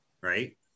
Right